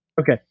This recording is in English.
Okay